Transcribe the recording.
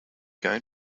going